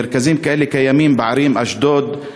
מרכזים כאלה קיימים בערים אשדוד,